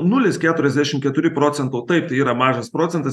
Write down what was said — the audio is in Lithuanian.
nulis keturiasdešim keturi procento taip tai yra mažas procentas